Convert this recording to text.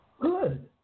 Good